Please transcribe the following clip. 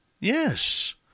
Yes